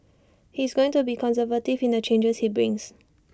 he is going to be conservative in the charges he brings